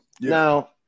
Now